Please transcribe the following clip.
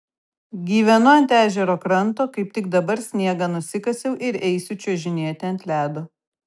gyvenu ant ežero kranto kaip tik dabar sniegą nusikasiau ir eisiu čiuožinėti ant ledo